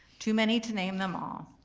too many to name them all.